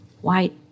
white